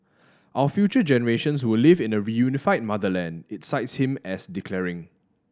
our future generations will live in a reunified motherland it cites him as declaring